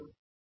professor B